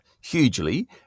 hugely